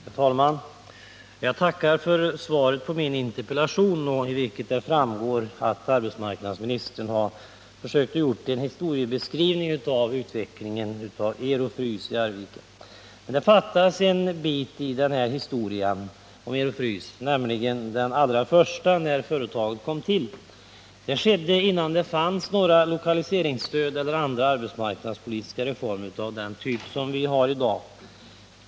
Herr talman! Jag tackar för svaret på min interpellation. Av svaret framgår att arbetsmarknadsministern har försökt att göra en historiebeskrivning av utvecklingen för Ero-Frys i Arvika. Men det fattas en bit i Ero-Frys historia, nämligen den allra första om när företaget kom till. Det skedde innan det fanns några lokaliseringsstöd eller andra arbetsmarknadspolitiska reformer av den typ vi har i dag.